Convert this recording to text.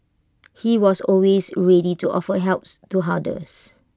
he was always ready to offer helps to others